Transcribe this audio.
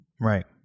right